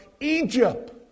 Egypt